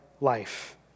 life